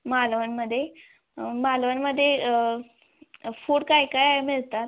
मालवणमध्ये मालवणमध्ये फूड काय काय मिळतात